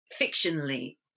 fictionally